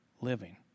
living